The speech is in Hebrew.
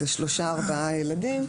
זה שלושה או ארבעה ילדים,